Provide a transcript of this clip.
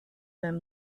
them